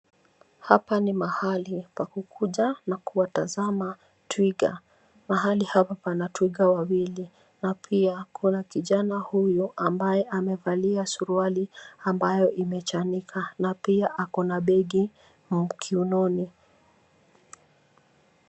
Hapa ni mahali pa kukuja na kuwatazama twiga. Mahali hapa pana twiga wawili na pia kuna kijana huyu ambaye amevalia suruali ambayo imechanika na pia ako na begi wa kiunoni.